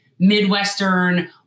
midwestern